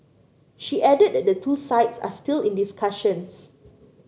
she added that the two sides are still in discussions